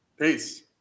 Peace